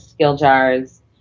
SkillJar's